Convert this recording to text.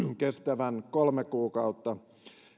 kestävän kolme kuukautta